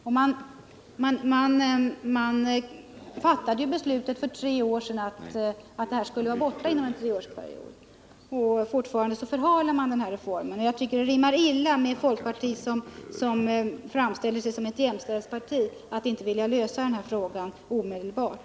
Man fattade för tre år sedan beslut att den skulle vara borta inom en treårsperiod, men fortfarande förhalar man reformen. Det rimmar illa att folkpartiet — som framställer sig som ett jämställdhetsparti — inte vill lösa den här frågan omedelbart.